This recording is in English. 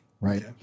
Right